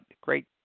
Great